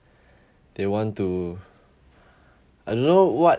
they want to I don't know what